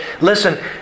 listen